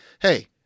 hey